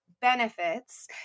benefits